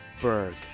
Berg